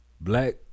Black